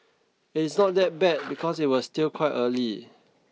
it's not that bad because it was still quite early